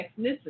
ethnicity